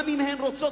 גם אם הן רוצות.